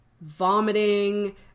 vomiting